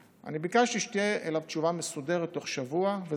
אני ביקשתי שתהיה אליו תשובה מסודרת בתוך שבוע.